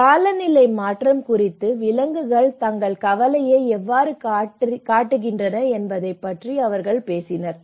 காலநிலை மாற்றம் குறித்து விலங்குகள் தங்கள் கவலையை எவ்வாறு காட்டுகின்றன என்பதைப் பற்றி அவர்கள் பேசினர்